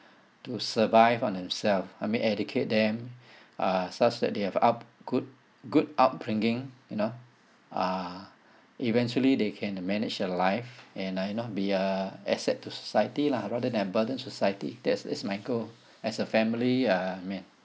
to survive on themselves I mean educate them uh such that they have up good good upbringing you know uh eventually they can manage their life and uh you know be uh asset to society lah rather than burden society that is my goal as a family uh man